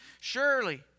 Surely